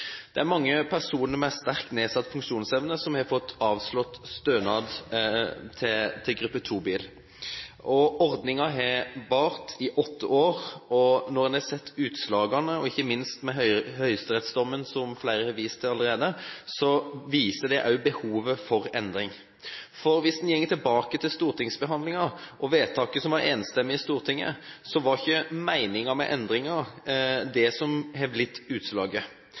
mange personer med sterkt nedsatt funksjonsevne som har fått avslag på søknad om stønad til gruppe 2-bil. Ordningen har vart i åtte år, og når en har sett utslagene og ikke minst høyesterettsdommen, som flere har vist til allerede, viser det også behovet for endring. Hvis en går tilbake til stortingsbehandlingen og vedtaket som var enstemmig i Stortinget, var ikke meningen med endringen det som har blitt utslaget.